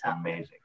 amazing